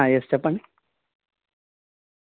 okay నేను సత్యనారాయణని మాట్లాడుతున్నా